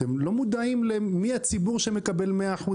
אתם לא מודעים למי הציבור שמקבל מאה אחוז